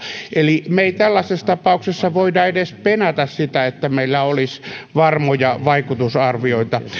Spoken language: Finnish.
eli me emme tällaisessa tapauksessa voi edes penätä sitä että meillä olisi varmoja vaikutusarvioita